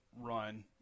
run